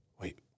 wait